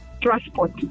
transport